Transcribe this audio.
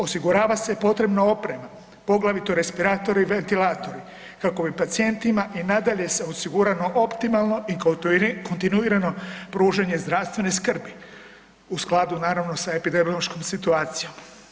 Osigurava se potrebna oprema, poglavito respiratori i ventilatori kako bi pacijentima i nadalje se osiguralo optimalno i kontinuirano pružanje zdravstvene skrbi u skladu naravno sa epidemiološkom situacijom.